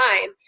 time